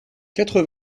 quatre